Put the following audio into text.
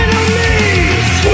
enemies